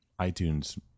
iTunes